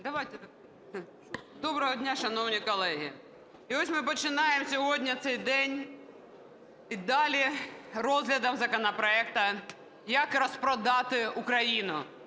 Доброго дня, шановні колеги! І ось ми починаємо сьогодні цей день і далі розглядом законопроекту, як розпродати Україну.